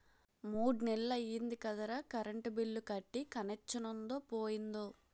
మూడ్నెల్లయ్యిందిరా current bill కట్టీ కనెచ్చనుందో పోయిందో